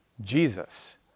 Jesus